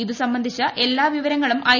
ഇതു സംബന്ധിച്ച് എല്ലാ വിവരങ്ങളും ഐ